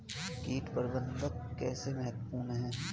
कीट प्रबंधन कैसे महत्वपूर्ण है?